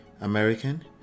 American